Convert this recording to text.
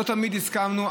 לא תמיד הסכמנו,